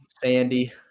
Sandy